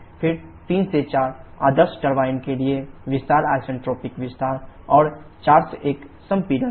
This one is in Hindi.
फिर 3 4 आदर्श टरबाइन के लिए विस्तार आइसेंट्रोपिक विस्तार और 4 1 संपीड़न है